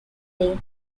day